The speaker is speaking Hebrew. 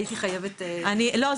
הייתי חייבת ל --- לא,